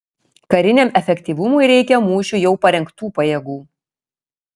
kariniam efektyvumui reikia mūšiui jau parengtų pajėgų